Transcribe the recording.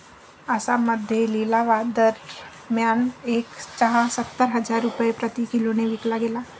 आसाममध्ये लिलावादरम्यान एक चहा सत्तर हजार रुपये प्रति किलोने विकला गेला